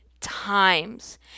times